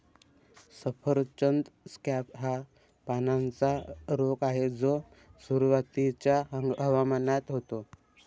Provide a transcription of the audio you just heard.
सफरचंद स्कॅब हा पानांचा रोग आहे जो सुरुवातीच्या हवामानात होतो